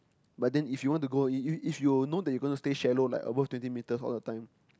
but then if you want to go it if you know that you gonna stay shallow like above twenty meters all the time